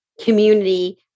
community